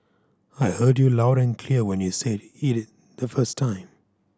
I heard you loud and clear when you said it the first time